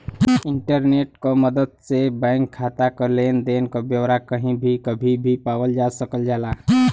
internet क मदद से बैंक खाता क लेन देन क ब्यौरा कही भी कभी भी पावल जा सकल जाला